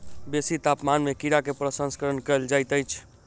बेसी तापमान में कीड़ा के प्रसंस्करण कयल जाइत अछि